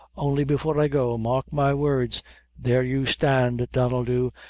only before i go, mark my words there you stand, donnel dhu,